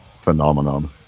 phenomenon